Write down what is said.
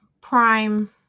Prime